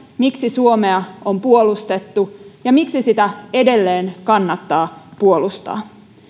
miksi suomea on puolustettu ja miksi sitä edelleen kannattaa puolustaa